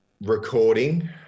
recording